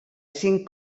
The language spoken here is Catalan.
cinc